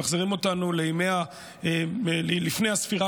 הם מחזירים אותנו לימים שלפני הספירה